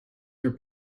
your